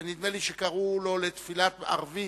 ונדמה לי שקראו לו לתפילת ערבית.